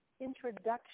introduction